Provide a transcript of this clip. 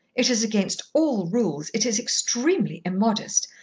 it is against all rules, it is extremely immodest.